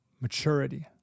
maturity